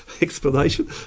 explanation